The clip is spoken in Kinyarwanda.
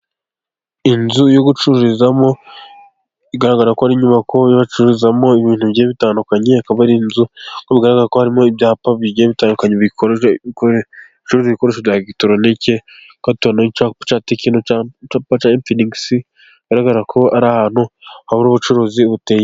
Inzu yo gucururizamo, igaragara ko ari inyubako bacuruzamo ibintu bigiye bitandukanye. Akaba ari inzu bigaragara ko harimo ibyapa bigiye bitandukanye bicuruza ibikoresho bya elegitoronike, ko tubona icyapa cya tekino cyangwa icyapa cya infinigisi bigaragara ko ari ahantu hari ubucuruzi buteye imbere.